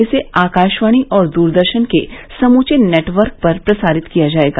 इसे आकाशवाणी और दूरदर्शन के समूचे नेटवर्क पर प्रसारित किया जाएगा